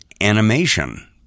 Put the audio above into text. animation